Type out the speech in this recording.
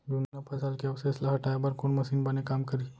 जुन्ना फसल के अवशेष ला हटाए बर कोन मशीन बने काम करही?